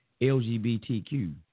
LGBTQ